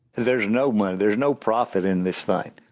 there's no money, there's no profit in this thing,